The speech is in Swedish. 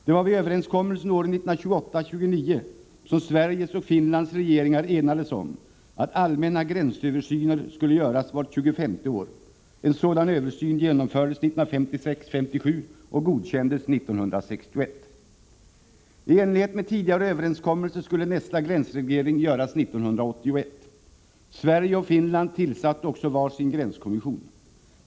Det var vid överenskommelserna åren 1928-1929 som Sveriges och Finlands regeringar enades om att allmänna gränsöversyner skulle göras vart tjugofemte år. En sådan översyn genomfördes 1956-1957 och godkändes 1961. I enlighet med tidigare överenskommelse skulle nästa gränsreglering göras 1981. Sverige och Finland tillsatte också var sin gränskommission.